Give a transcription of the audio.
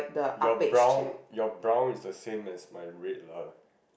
your brown your brown is the same as my red lah